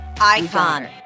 Icon